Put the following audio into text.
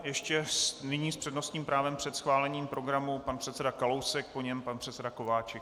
Ještě nyní s přednostním právem před schválením programu pan předseda Kalousek, po něm pan předseda Kováčik.